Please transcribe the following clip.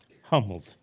humbled